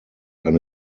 eine